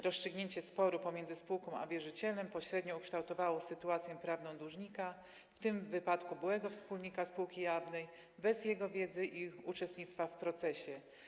Rozstrzygnięcie sporu pomiędzy spółką a wierzycielem pośrednio ukształtowało sytuację prawną dłużnika, w tym wypadku byłego wspólnika spółki jawnej, bez jego wiedzy i uczestnictwa w procesie.